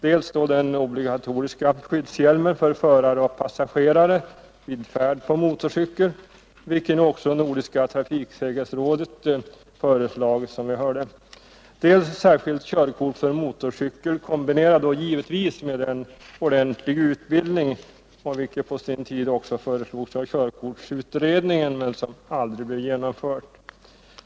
Det är dels obligatorisk skyddshjälm för förare och passagerare vid färd på motorcykel — det har också, som vi hörde, Nordiska trafiksäkerhetsrådet föreslagit —, dels särskilt körkort för motorcykel, givetvis kombinerat med en ordentlig utbildning, vilket på sin tid också föreslogs av körkortsutredningen men aldrig blev genomfört.